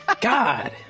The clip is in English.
God